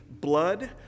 blood